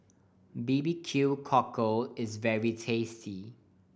B B Q Cockle is very tasty